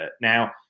Now